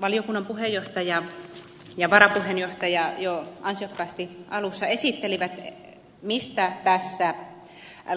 valiokunnan puheenjohtaja ja varapuheenjohtaja jo ansiokkaasti alussa esittelivät mistä tässä